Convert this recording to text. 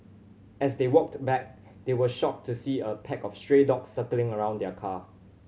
as they walked back they were shocked to see a pack of stray dog circling around their car